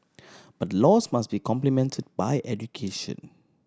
but laws must be complemented by education